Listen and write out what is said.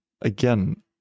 again